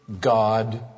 God